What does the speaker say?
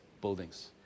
buildings